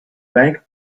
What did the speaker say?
bank